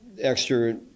extra